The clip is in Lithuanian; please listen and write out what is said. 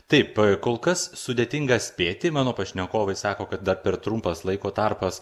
taip kol kas sudėtinga spėti mano pašnekovai sako kad dar per trumpas laiko tarpas